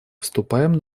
вступаем